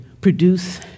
produce